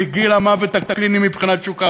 הם בגיל המוות הקליני מבחינת שוק העבודה,